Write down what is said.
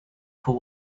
for